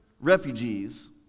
refugees